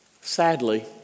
Sadly